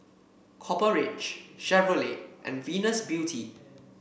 Copper Ridge Chevrolet and Venus Beauty